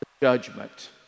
judgment